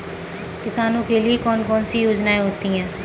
किसानों के लिए कौन कौन सी योजनायें होती हैं?